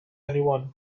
anyone